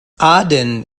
aden